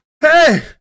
Hey